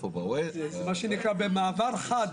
מה שנקרא במעבר חד,